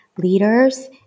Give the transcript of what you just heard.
leaders